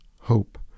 hope